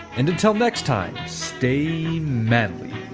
and until next time stay mainly